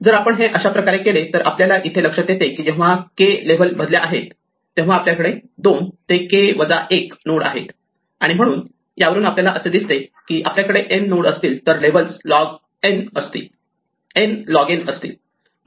जर आपण हे अशा प्रकारे केले तर आपल्याला इथे असे लक्षात येते की जेव्हा K लेव्हल भरल्या आहेत तेव्हा आपल्याकडे 2 ते k 1 नोड आहेत आणि म्हणून यावरून आपल्याला असे दिसते की जर आपल्याकडे n नोडस् असतील तर लेव्हल्स लॉग n असतील